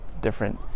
different